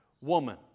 woman